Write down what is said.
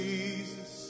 Jesus